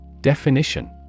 Definition